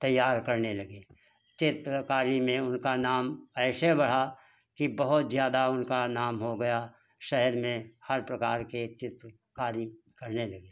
तैयार करने लगे चित्रकारी में उनका नाम ऐसे बढ़ा कि बहुत ज़्यादा उनका नाम हो गया शहर में हर प्रकार की चित्रकारी करने लगे